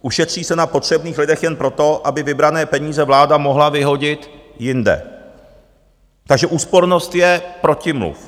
Ušetří se na potřebných lidech jen proto, aby vybrané peníze vláda mohla vyhodit jinde, takže úspornost je protimluv.